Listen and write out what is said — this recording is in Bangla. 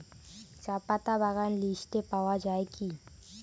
চাপাতা বাগান লিস্টে পাওয়া যায় কি?